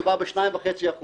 מדובר ב-2.5%.